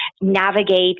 navigate